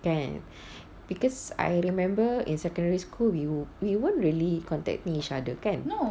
kan because I remember in secondary school we we weren't really contacting each other kan